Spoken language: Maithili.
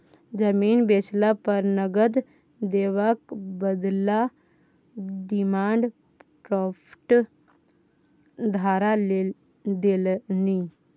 जमीन बेचला पर नगद देबाक बदला डिमांड ड्राफ्ट धरा देलनि